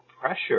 pressure